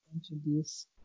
introduce